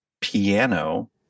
piano